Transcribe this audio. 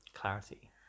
clarity